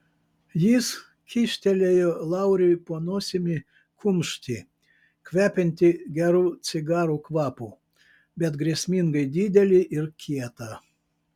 jis kyštelėjo lauriui po nosimi kumštį kvepiantį gerų cigarų kvapu bet grėsmingai didelį ir kietą